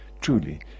truly